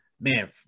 Man